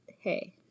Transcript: hey